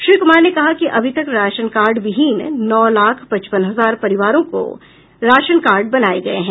श्री क्मार ने कहा कि अभी तक राशनकार्ड विहीन नौ लाख पचपन हजार परिवारों के राशन कार्ड बनाये गये हैं